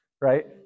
right